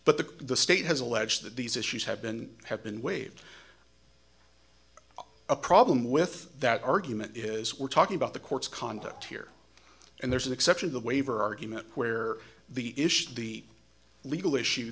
but the the state has alleged that these issues have been have been waived a problem with that argument is we're talking about the courts conduct here and there's an exception the waiver argument where the issue of the legal issue